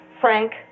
Frank